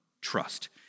trust